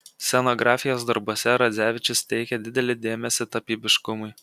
scenografijos darbuose radzevičius teikė didelį dėmesį tapybiškumui